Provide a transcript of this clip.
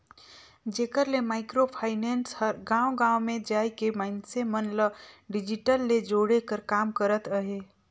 जेकर ले micro finance हर गाँव गाँव में जाए के मइनसे मन ल डिजिटल ले जोड़े कर काम करत अहे